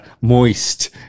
moist